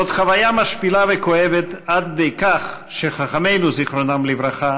זאת חוויה משפילה וכואבת עד כדי כך שחכמינו זיכרונם לברכה